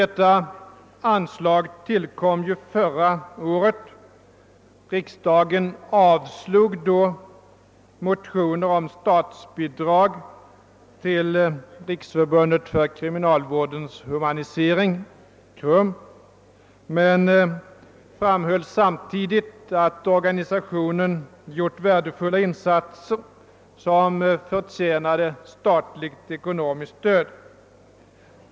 Detta anslag tillkom ju förra året. Riksdagen avslog då motioner om statsbidrag till Riksförbundet för kriminalvårdens humanisering men framhöll samtidigt att organisationen gjort värdefulla insatser som förtjänade statligt stöd.